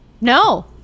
no